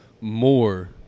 more